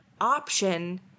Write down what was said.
option